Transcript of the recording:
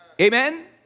Amen